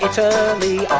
Italy